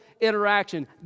interaction